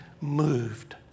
moved